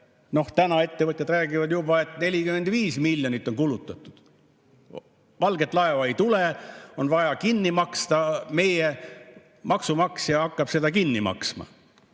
Täna ettevõtjad räägivad juba, et 45 miljonit on kulutatud. Valget laeva ei tule, see on vaja kinni maksta, meie maksumaksja hakkab seda kinni maksma.